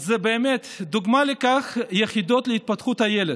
אז באמת, דוגמה לכך היא היחידות להתפתחות הילד.